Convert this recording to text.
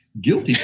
guilty